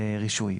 (רישוי).